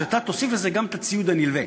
שאתה תוסיף לזה גם את הציוד הנלווה,